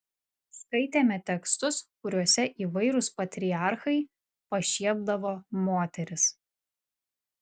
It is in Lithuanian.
skaitėme tekstus kuriuose įvairūs patriarchai pašiepdavo moteris